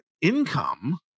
income